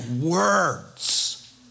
words